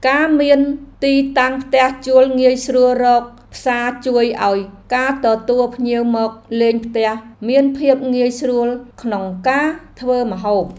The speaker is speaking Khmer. ការមានទីតាំងផ្ទះជួលងាយស្រួលរកផ្សារជួយឱ្យការទទួលភ្ញៀវមកលេងផ្ទះមានភាពងាយស្រួលក្នុងការធ្វើម្ហូប។